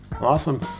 awesome